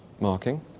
marking